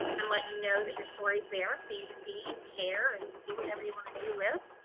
and let you know that your stories there for you to see and share and do whatever you want to do with